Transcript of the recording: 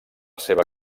seva